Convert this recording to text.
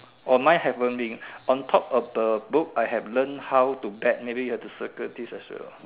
orh mine haven't read on top of the book I have learn how to bet maybe you have to circle this as well